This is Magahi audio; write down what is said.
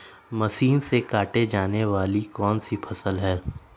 मशीन से काटे जाने वाली कौन सी फसल है?